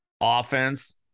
offense